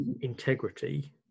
integrity